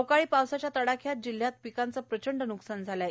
अवकाळी पावसाच्या तडाख्यात जिल्ह्यात पिकांचे प्रचंड न्कसान झाले आहे